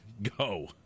go